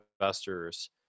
investors